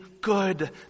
good